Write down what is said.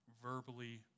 verbally